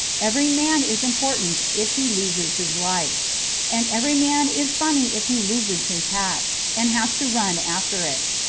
every man is important if he loses his life and every man is funny if he loses his hat, and has to run after it.